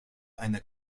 einer